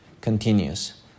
continues